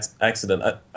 accident